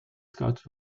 scouts